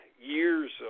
years